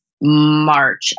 March